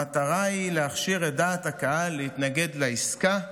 המטרה היא להכשיר את דעת הקהל להתנגד לעסקה.